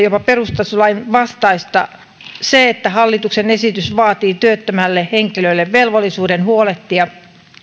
jopa perustuslain vastaista että hallituksen esitys vaatii työttömälle henkilölle velvollisuuden huolehtia